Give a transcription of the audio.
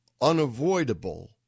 unavoidable